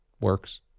works